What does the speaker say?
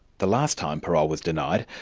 the last time parole was denied,